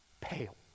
pale